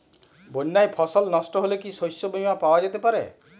বন্যায় ফসল নস্ট হলে কি শস্য বীমা পাওয়া যেতে পারে?